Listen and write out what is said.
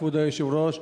כבוד היושב-ראש,